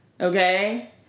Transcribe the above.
Okay